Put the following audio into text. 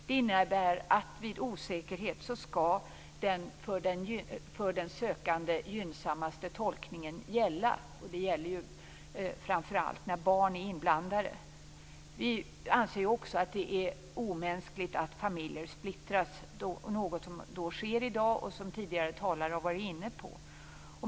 Det innebär att vid osäkerhet skall den för den sökande gynnsammaste tolkningen gälla. Det gäller ju framför allt när barn är inblandade. Vi anser också att det är omänskligt att familjer splittras, något som sker i dag och som tidigare talare har varit inne på.